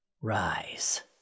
rise